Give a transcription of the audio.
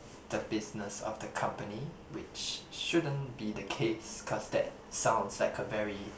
the business of the company which shouldn't be the case cause that sounds like a very